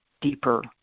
deeper